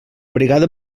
brigada